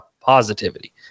positivity